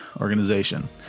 Organization